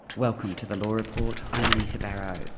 welcome to the law report, i'm anita barraud.